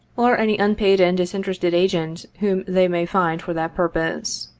or any unpaid and disinterested agent whom they may find for that purpose.